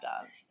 dance